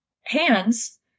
hands